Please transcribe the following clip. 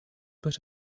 but